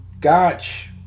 Gotch